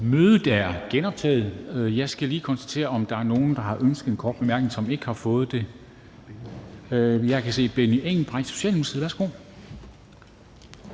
Mødet er genoptaget. Jeg skal lige konstatere, om der er nogle, der har ønsket en kort bemærkning, som ikke har fået det. Jeg kan se Benny Engelbrecht, Socialdemokratiet. Værsgo.